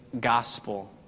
gospel